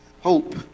hope